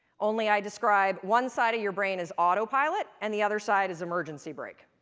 only i describe one side of your brain as autopilot and the other side as emergency brake.